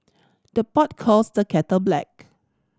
the pot calls the kettle black